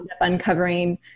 uncovering